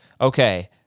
Okay